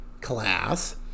class